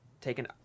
taken